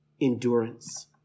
endurance